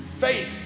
Faith